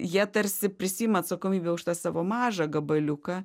jie tarsi prisiima atsakomybę už tą savo mažą gabaliuką